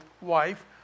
wife